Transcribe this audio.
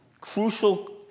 crucial